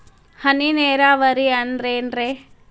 ಹನಿ ನೇರಾವರಿ ಅಂದ್ರೇನ್ರೇ?